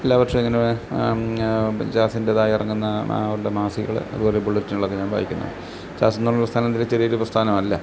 എല്ലാ വർഷവും ഇങ്ങനെ ജാസിൻ്റെതായി ഇറങ്ങുന്ന അവരുടെ മാസികകൾ അതുപോലെ ബുള്ളറ്റിനുകൾ ഒക്കെ ഞാൻ വായിക്കുന്നത് ജാസെന്ന് പറയുന്ന പ്രസ്ഥാനം തീരെ ചെറിയൊരു പ്രസ്ഥാനമല്ല